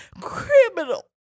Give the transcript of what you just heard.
criminal